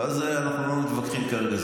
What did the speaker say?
ועל זה אנחנו לא מתווכחים כרגע,